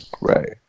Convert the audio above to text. Right